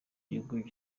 gihugu